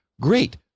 great